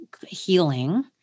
healing